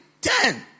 Ten